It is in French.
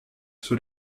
sur